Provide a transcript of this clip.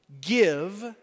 give